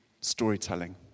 storytelling